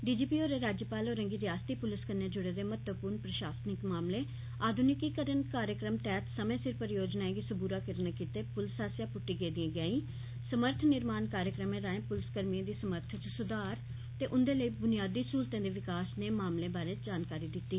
DGP होरें राज्यपाल होरें गी रिआसती पुलस कन्नै जुड़े दे महत्वपूर्ण प्रशासनिक मामलें आधुणिकीकरण कार्यक्रम तैह्त समें सिर परियोजनाएं गी सबूरा करने लेई पुलस आस्सेआ पुट्टी गेदिएं गैंई समर्थ निर्माण कार्यक्रमें राहें पुलसकर्मिए दी समर्थ च सुधार ते उंदे लेई बुनियादी सहूलतें दे विकास जनेह् मामलें बारे जानकारी दित्ती